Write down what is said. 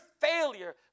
failure